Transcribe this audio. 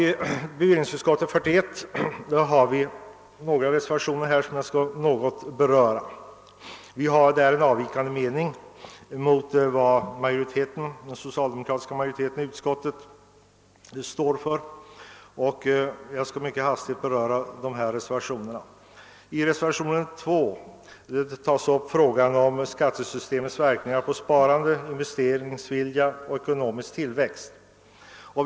T bevillningsutskottets betänkande nr 41 finns ett par reservationer som jag vill beröra, och där har vi en avvikande mening mot den socialdemokratiska majoriteten i utskottet. I reservationen 2 tas upp frågan om beskattningssystemets verkningar på sparandet, investeringsviljan och den ekonomiska tillväxten.